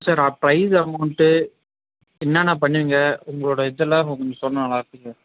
sir அப்போ prize amount என்னென்ன பண்ணுவீங்க உங்களோடய இதெல்லாம் கொஞ்சம் சொன்னால் நல்லாயிருக்கும் சார்